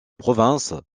province